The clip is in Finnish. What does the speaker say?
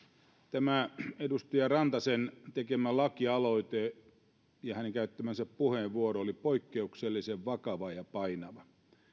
edustaja rantasen tekemä lakialoite ja hänen käyttämänsä puheenvuoro on poikkeuksellisen vakava ja painava